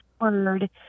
word